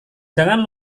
jangan